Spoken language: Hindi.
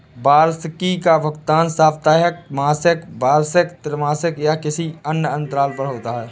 वार्षिकी का भुगतान साप्ताहिक, मासिक, वार्षिक, त्रिमासिक या किसी अन्य अंतराल पर होता है